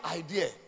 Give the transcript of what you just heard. idea